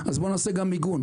אז בוא נעשה גם מיגון.